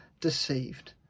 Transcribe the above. deceived